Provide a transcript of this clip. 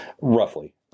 Roughly